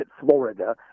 Florida